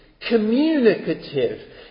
communicative